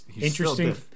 Interesting